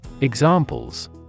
Examples